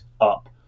up